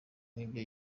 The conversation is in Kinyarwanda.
n’ibyo